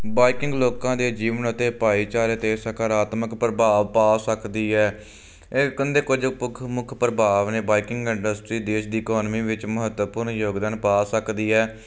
biking ਲੋਕਾਂ ਦੇ ਜੀਵਨ ਅਤੇ ਭਾਈਚਾਰੇ 'ਤੇ ਸਕਾਰਾਤਮਕ ਪ੍ਰਭਾਵ ਪਾ ਸਕਦੀ ਹੈ ਇਹ ਕਹਿੰਦੇ ਕੁਝ ਪੱਖ ਮੁੱਖ ਪ੍ਰਭਾਵ ਨੇ ਬਾਈਕਿੰਗ ਇੰਡਸਟਰੀ ਦੇਸ਼ ਦੀ ਇਕੋਨਮੀ ਵਿੱਚ ਮਹੱਤਵਪੂਰਨ ਯੋਗਦਾਨ ਪਾ ਸਕਦੀ ਹੈ